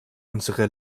unsere